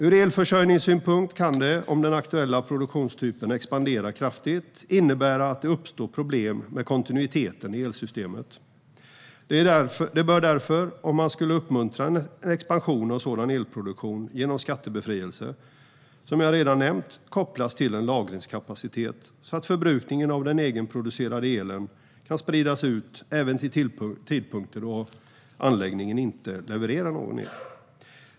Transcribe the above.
Ur elförsörjningssynpunkt kan förslaget, om den aktuella produktionstypen expanderar kraftigt, innebära att det uppstår problem med kontinuiteten i elsystemet. Som jag redan nämnt bör det därför - om man skulle uppmuntra en expansion av sådan elproduktion genom skattebefrielse - kopplas till en lagringskapacitet, så att förbrukningen av den egenproducerade elen kan spridas ut även till tidpunkter då anläggningen inte levererar någon el.